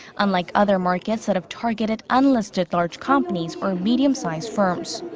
unlike other markets that have targeted unlisted large companies or medium-sized firms.